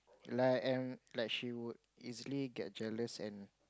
like and like she would easily get jealous and